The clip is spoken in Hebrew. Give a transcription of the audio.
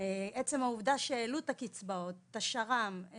עצם העובדה שהעלו את הקצבאות, את השר"מ.